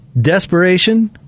Desperation